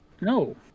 No